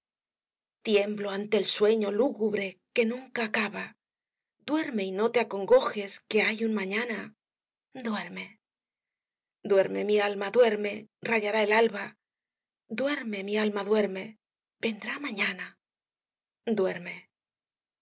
tiemblo ante el sueño lúgubre que nunca acaba duerme y no te acongojes que hay un mañana duerme duerme mi alma duerme rayará el alba duerme mi alma duerme vendrá mañana duerme